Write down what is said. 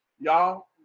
Y'all